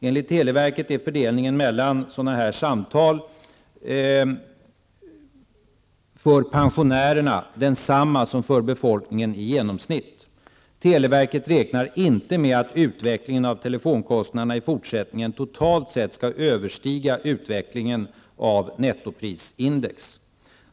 Enligt televerket är fördelningen mellan lokalsamtal, regionalsamtal och fördelningen mellan lokalsamtal, regionalsamtal och rikssamtal för pensionärerna densamma som för befolkningen i genomsnitt. Televerket räknar inte med att utvecklingen av telefonkostnaderna i fortsättningen totalt sett ska överstiga utvecklingen av nettoprisindex.